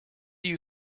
you